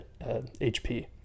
HP